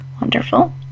Wonderful